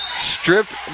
stripped